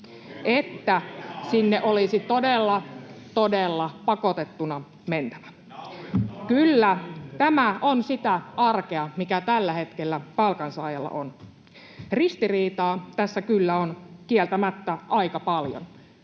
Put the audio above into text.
[Perussuomalaisten ryhmästä: Naurettavaa!] Kyllä, tämä on sitä arkea, mikä tällä hetkellä palkansaajalla on. Ristiriitaa tässä kyllä on kieltämättä aika paljon: